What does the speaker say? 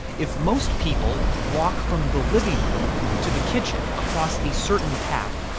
if most people walk from the living room to the kitchen across a certain path,